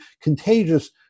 contagious